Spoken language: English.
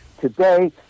today